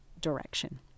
direction